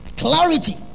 clarity